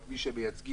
עם מי שהם מייצגים,